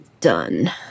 done